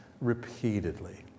repeatedly